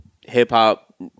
hip-hop